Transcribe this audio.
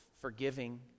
forgiving